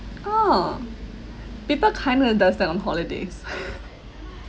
oh people kinda does that on holidays